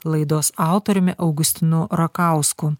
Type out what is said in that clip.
laidos autoriumi augustinu rakausku